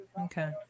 Okay